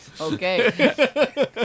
Okay